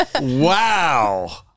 Wow